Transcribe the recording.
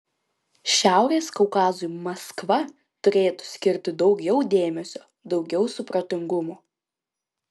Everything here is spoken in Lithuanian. šiaurės kaukazui maskva turėtų skirti daugiau dėmesio daugiau supratingumo